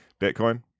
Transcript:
bitcoin